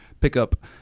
pickup